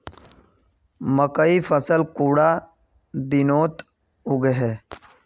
मकई फसल कुंडा दिनोत उगैहे?